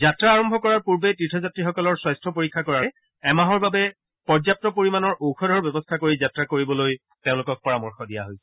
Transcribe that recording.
যাত্ৰা আৰম্ভ কৰাৰ পূৰ্বে তীৰ্থ যাত্ৰীসকলৰ স্বাস্থ্য পৰীক্ষা কৰাৰ লগতে এমাহৰ বাবে পৰ্যাপু ঔষধৰ ব্যৱস্থা কৰি যাত্ৰা কৰিবলৈ পৰামৰ্শ দিয়া হৈছে